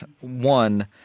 One